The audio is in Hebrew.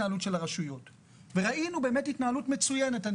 ראינו התנהלות מצוינת.